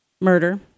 murder